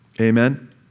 Amen